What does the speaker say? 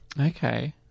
Okay